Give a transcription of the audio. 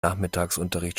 nachmittagsunterricht